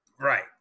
Right